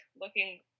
looking